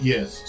Yes